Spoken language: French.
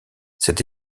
cette